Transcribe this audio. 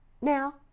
now